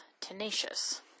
tenacious